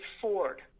Ford